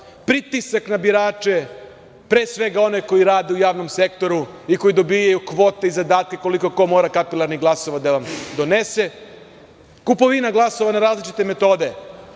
pritisak na birače, pre svega one koji rade u javnom sektoru i koji dobijaju kvote i zadatke koliko ko mora kapilarnih glasova da vam donese, kupovina glasova na različite metode